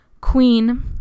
Queen